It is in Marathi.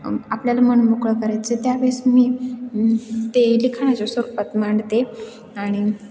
आपल्याला मनमोकळं करायचं त्यावेळेस मी ते लिखाणाच्या स्वरूपात मांडते आणि